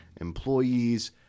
employees